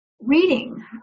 reading